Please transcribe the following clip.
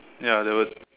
ya there were